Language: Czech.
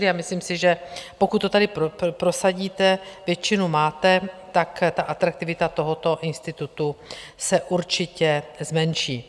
A myslím si, že pokud to tady prosadíte, většinu máte, tak atraktivita tohoto institutu se určitě zmenší.